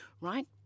right